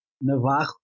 Navarro